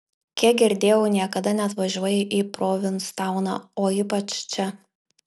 kiek girdėjau niekada neatvažiuoji į provinstauną o ypač čia